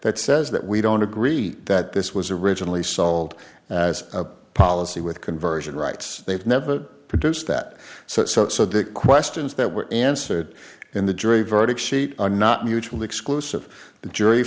that says that we don't agree that this was originally sold as a policy with conversion rights they've never produced that so so the questions that were answered in the jury verdict sheet are not mutually exclusive